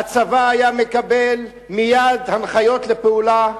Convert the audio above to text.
הצבא היה מקבל מייד הנחיות לפעולה.